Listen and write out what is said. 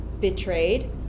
betrayed